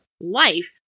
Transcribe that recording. life